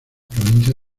provincia